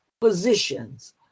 positions